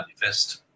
manifest